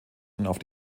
und